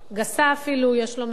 גסה אפילו, יש לומר.